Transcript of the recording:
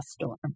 storm